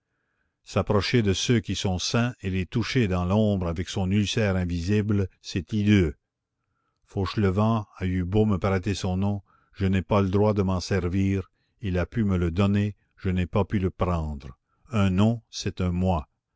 s'approcher de ceux qui sont sains et les toucher dans l'ombre avec son ulcère invisible c'est hideux fauchelevent a eu beau me prêter son nom je n'ai pas le droit de m'en servir il a pu me le donner je n'ai pas pu le prendre un nom c'est un moi